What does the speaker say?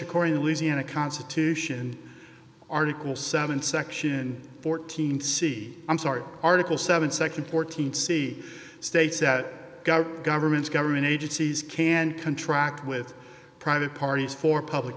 according to louisiana constitution article seven section fourteen c i'm sorry article seven section fourteen see states that governments government agencies can contract with private parties for public